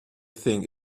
think